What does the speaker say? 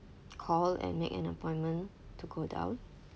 call and make an appointment to go down